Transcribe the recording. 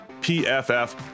PFF